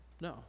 No